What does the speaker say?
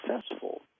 successful